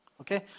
Okay